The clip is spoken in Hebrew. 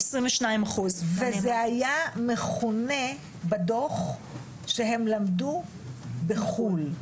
וזה היה מכונה בדו"ח שהם למדו בחו"ל.